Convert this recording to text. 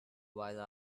while